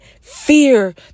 fear